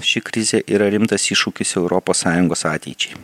ši krizė yra rimtas iššūkis europos sąjungos ateičiai